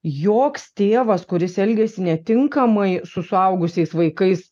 joks tėvas kuris elgiasi netinkamai su suaugusiais vaikais